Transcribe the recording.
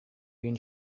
been